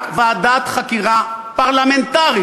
רק ועדת חקירה פרלמנטרית,